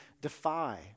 defy